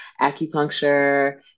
acupuncture